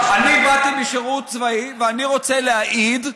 אני באתי משירות צבאי ואני רוצה להעיד,